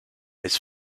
his